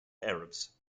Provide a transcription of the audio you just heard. arabs